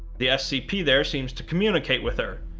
the scp there seems to communicate with her,